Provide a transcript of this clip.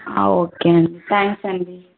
okay అండి thanks అండి